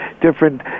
different